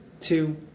two